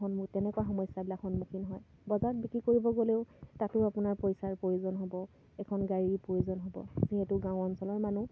তেনেকুৱা সমস্যাবিলাক সন্মুখীন হয় বজাৰত বিক্ৰী কৰিব গ'লেও তাতো আপোনাৰ পইচাৰ প্ৰয়োজন হ'ব এখন গাড়ীৰ প্ৰয়োজন হ'ব যিহেতু গাঁও অঞ্চলৰ মানুহ